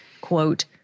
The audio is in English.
Quote